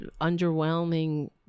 underwhelming